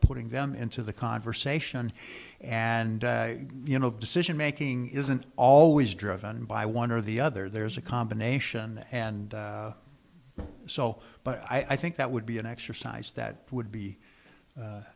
putting them into the conversation and you know decision making isn't always driven by one or the other there's a combination and so but i think that would be an exercise that would be u